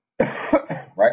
right